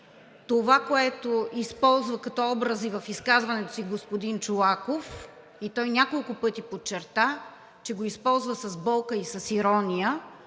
Това, което използва като образи в изказването си господин Чолаков – той няколко пъти подчерта, че го използва с болка и с ирония.